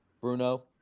Bruno